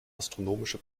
astronomische